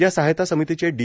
या सहायता समितीचे डी